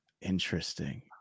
Interesting